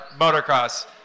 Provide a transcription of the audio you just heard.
motocross